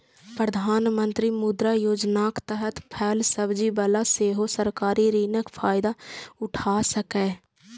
प्रधानमंत्री मुद्रा योजनाक तहत फल सब्जी बला सेहो सरकारी ऋणक फायदा उठा सकैए